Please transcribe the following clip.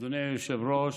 אדוני היושב-ראש,